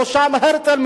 בראשם הרצל,